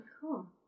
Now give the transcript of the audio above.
Cool